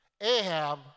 Ahab